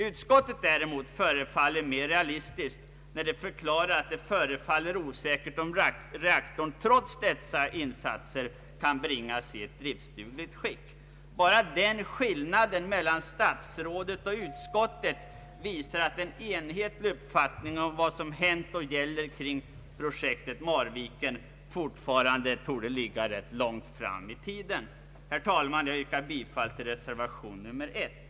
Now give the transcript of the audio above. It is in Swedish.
Utskottet däremot förefaller mer realistiskt när det förklarar att det verkar osäkert om reaktorn trots dessa insatser kan bringas i driftdugligt skick. Bara den skillnaden mellan statsrådet och utskottet visar att en enhetlig uppfattning om vad som hänt och gäller kring projektet Marviken fortfarande torde ligga rätt långt fram i tiden. Herr talman! Jag yrkar bifall till reservation 1.